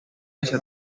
hacia